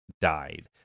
died